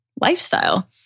lifestyle